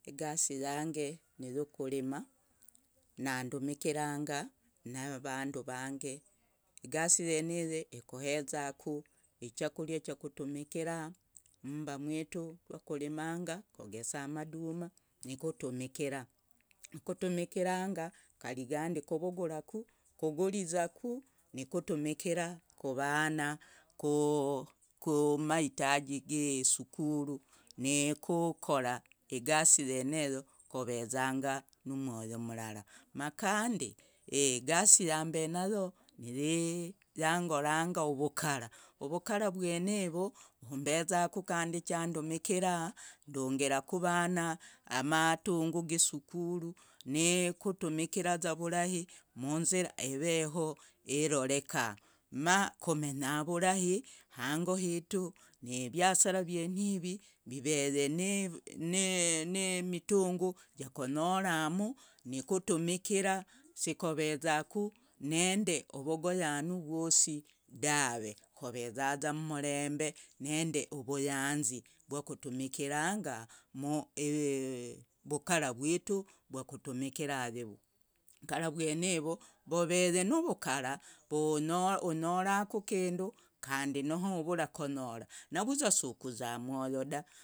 Igasi yange niyukurima, nandumikiranga navandu vange, igasi yeniyi ekohezaku ichakuria chakutumikira mmba mwitu, rwakurimanga kogesanga maduma nikutumikira, rwakutumikiranga agandi kuvugura kugurizaku nukutumikira kuvana ku kumahitaji gisukuru, nikukora igasi yeneyo kovezanga numwoyo mrara, makandi igasi yambenayo yiyangoranga uvukara, uvukara vwenivu vombezangaku kandi chandumikiranga, ndungiraku avana amatungu gisukuru nikutumikiraza munzira eveho eveho eroreka makomenya vurahi hango hitu, ivyasara vwenivi viveye nimitungu jakonyoramu nukutumikira, sikovezaku nende ovogoyanu vwosi dave, kovezaza mmurembe nindi uvuyanzi vwakutumikiranga mvukara vwitu vwakutumikira yivu, vukara vwenivu voveye nuvukara, onyoraku kindu kandi noho uvura konyora navuza sukuza mwoyo da.